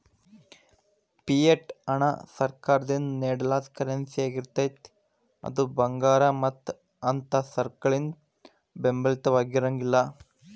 fiat ಹಣ ಸರ್ಕಾರದಿಂದ ನೇಡಲಾದ ಕರೆನ್ಸಿಯಾಗಿರ್ತೇತಿ ಅದು ಭಂಗಾರ ಮತ್ತ ಅಂಥಾ ಸರಕಗಳಿಂದ ಬೆಂಬಲಿತವಾಗಿರಂಗಿಲ್ಲಾ